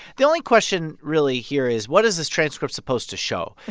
the only question, really, here is, what is this transcript supposed to show?